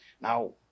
Now